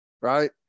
right